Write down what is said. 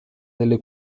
delle